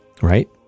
right